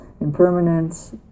Impermanence